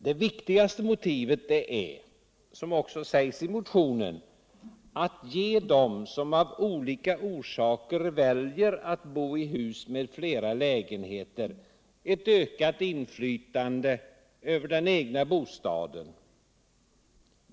Det viktigaste motivet är, som också framhålls i motionen, att ge dem som av olika orsaker väljer att bo i hus med flera lägenheter et ökat inflytande över den egna bostaden.